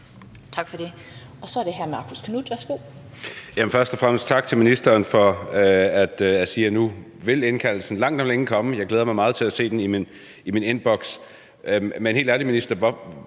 Tak for det.